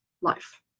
life